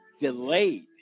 delayed